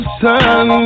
sun